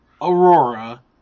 Aurora